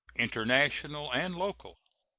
international and local.